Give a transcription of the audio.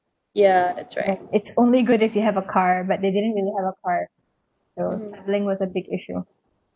and it's only good if they have a car but they didn't even have a car so travelling was a big issue